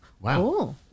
Wow